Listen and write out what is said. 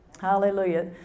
hallelujah